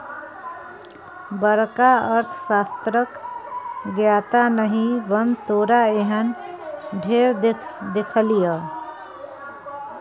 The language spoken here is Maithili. बड़का अर्थशास्त्रक ज्ञाता नहि बन तोरा एहन ढेर देखलियौ